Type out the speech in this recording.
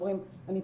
בבקשה.